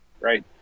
right